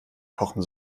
kochen